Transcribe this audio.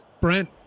Brent